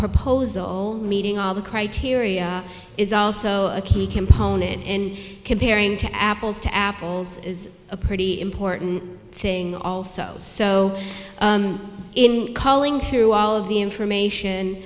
proposal meeting all the criteria is also a key component and comparing to apples to apples is a pretty important thing also so in culling through all of the information